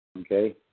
Okay